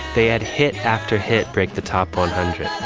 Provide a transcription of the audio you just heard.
they had hit after hit break the top one hundred